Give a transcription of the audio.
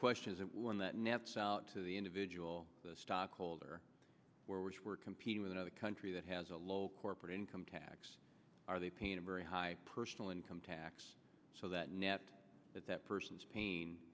question when that nets out to the individual stockholder where which we're competing with another country that has a low corporate income tax are they paying a very high personal income tax so that net that person's pain